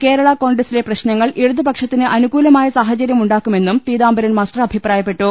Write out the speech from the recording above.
കേരള കോൺഗ്രസിലെ പ്രശ്നങ്ങൾ ഇടതുപ ക്ഷത്തിന് അനുകൂലമായ സാഹചര്യമുണ്ടാക്കുമെന്നും പീതാംബ രൻമാസ്റ്റർ അഭിപ്രായപ്പെട്ടു